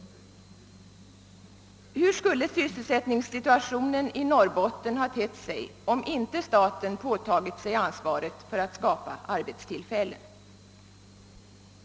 Hur skulle sysselsättningssituationen i Norrbotten ha tett sig om inte staten påtagit sig ansvaret för att skapa arbetstillfällen?